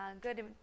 good